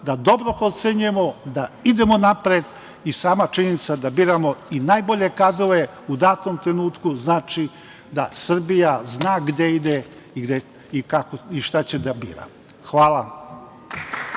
da dobro procenjujemo, da idemo napred i sama činjenica da biramo i najbolje kadrove u datom trenutku znači da Srbija zna gde ide i šta će da bira. Hvala.